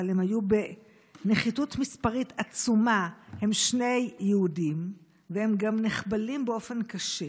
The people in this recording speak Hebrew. היו בנחיתות מספרית עצומה: הם שני יהודים והם נחבלים באופן קשה,